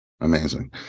Amazing